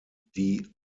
die